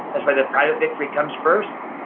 that's why the private victory comes first.